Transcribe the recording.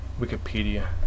Wikipedia